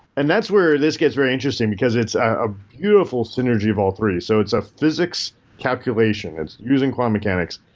and physics. that's where this gets very interesting because it's a beautiful synergy of all three. so it's a physics calculation. it's using quantum mechanics.